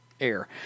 air